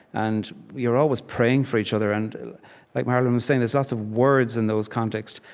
and you're always praying for each other. and like marilyn was saying, there's lots of words in those contexts.